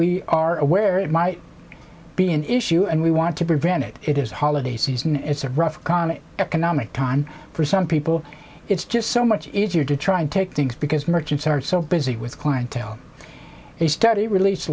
we are aware it might be an issue and we want to prevent it it is holiday season it's a rough economy economic time for some people it's just so much easier to try and take things because merchants are so busy with clientele a study release